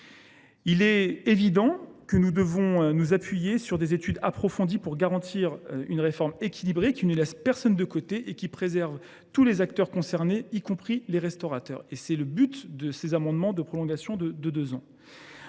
C’est évident, nous devrons nous appuyer sur des études approfondies pour garantir une réforme équilibrée, qui ne laisse personne de côté et qui préserve tous les acteurs concernés, y compris les restaurateurs. Tel est l’objet de ces amendements qui visent à prolonger de deux ans